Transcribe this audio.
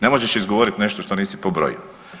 Ne možeš izgovoriti nešto što nisi pobrojio.